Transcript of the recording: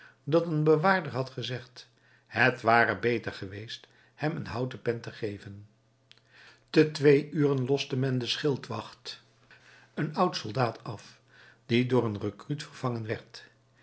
dat een bewaarder had gezegd het ware beter geweest hem een houten pen te geven te twee uren loste men den schildwacht een oud soldaat af die door een recruut vervangen